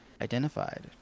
identified